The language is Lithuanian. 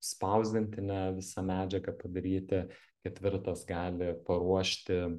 spausdinti ne visą medžiagą padaryti ketvirtas gali paruošti